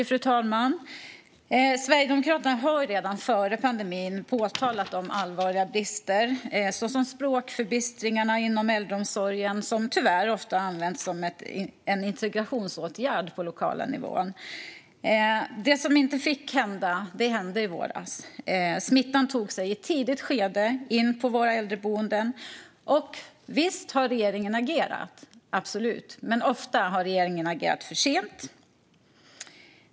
Fru talman! Sverigedemokraterna har redan före pandemin påtalat allvarliga brister. Det gäller till exempel språkförbistringen inom äldreomsorgen, som på den lokala nivån tyvärr ofta används som en integrationsåtgärd. Det som inte fick hända hände i våras: Smittan tog sig i ett tidigt skede in på våra äldreboenden. Visst har regeringen agerat - absolut - men ofta har man agerat för sent.